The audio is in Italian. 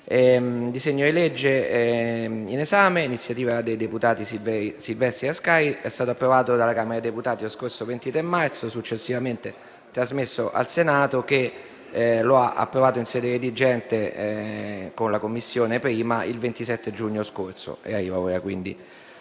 Il disegno di legge in esame, d'iniziativa dei deputati Silvestri e Ascari, è stato approvato dalla Camera dei deputati lo scorso 23 marzo, successivamente trasmesso al Senato, che lo ha approvato in sede redigente presso la 1a Commissione il 27 giugno scorso, e arriva ora per